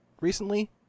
recently